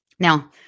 Now